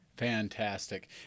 Fantastic